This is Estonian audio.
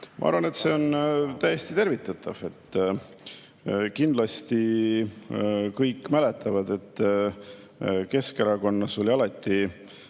ma arvan, et see on täiesti tervitatav. Kindlasti kõik mäletavad, et Keskerakonnas on alati